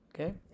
okay